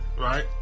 right